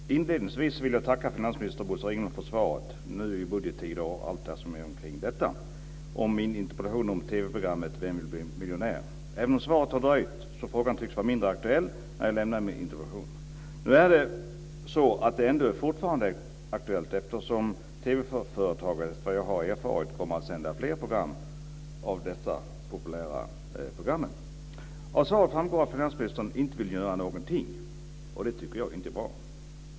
Fru talman! Inledningsvis vill jag tacka finansminister Bosse Ringholm för svaret på min interpellation om TV-programmet "Vem vill bli miljonär? ", nu i budgettider och med allt som händer kring detta. Eftersom svaret har dröjt kan frågan tyckas vara mindre aktuell nu än när jag avlämnade min interpellation. Men frågan är ändå fortfarande aktuell, eftersom TV-företaget, efter vad jag erfarit, kommer att sända fler av dessa populära program. Av svaret framgår att finansministern inte vill göra någonting. Det tycker jag inte är bra.